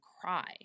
cry